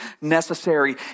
necessary